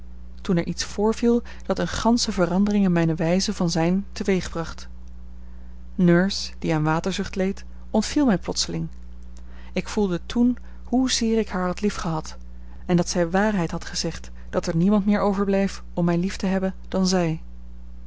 toen er iets voorviel dat eene gansche verandering in mijne wijze van zijn teweegbracht nurse die aan waterzucht leed ontviel mij plotseling ik voelde toen hoezeer ik haar had liefgehad en dat zij waarheid had gezegd dat er niemand meer overbleef om mij lief te hebben dan zij